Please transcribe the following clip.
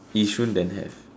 Yishun then have